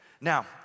Now